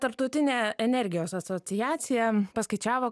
tarptautinė energijos asociacija paskaičiavo